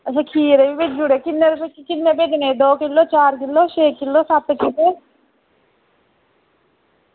अच्छा खीरे बी भेजने दौ किलो चार किलो छे किलो सत्त किलो किन्ने